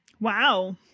Wow